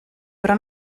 però